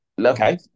Okay